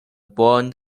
born